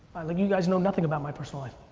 like you guys know nothing about my personal life.